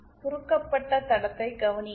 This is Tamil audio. சுருக்கப்பட்ட தடத்தை கவனியுங்கள்